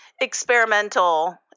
experimental